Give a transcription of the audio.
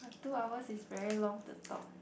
two hours is very long to talk